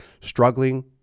struggling